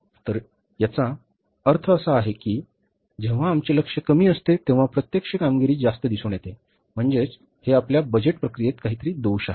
तर याचा अर्थ असा आहे की जेव्हा आमचे लक्ष्य कमी असते तेव्हा प्रत्यक्ष कामगिरी जास्त दिसून येते म्हणजेच हे आपल्या बजेट प्रक्रियेत काही दोष आहेत